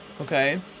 Okay